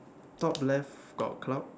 top left got cloud